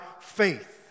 faith